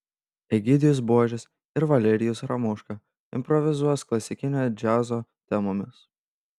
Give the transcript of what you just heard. egidijus buožis ir valerijus ramoška improvizuos klasikinio džiazo temomis